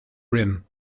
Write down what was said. rim